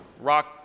rock